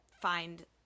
find